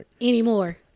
anymore